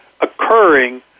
occurring